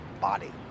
body